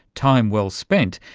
time well spent,